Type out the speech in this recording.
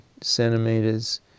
centimeters